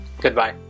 Goodbye